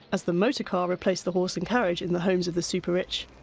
as the motorcar replaced the horse and carriage in the homes of the super-rich,